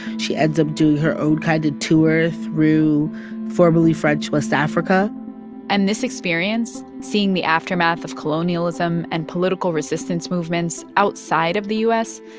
she ends up doing her own kind of tour through formerly french west africa and this experience, seeing the aftermath of colonialism and political resistance movements outside of the u s,